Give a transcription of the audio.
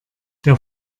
der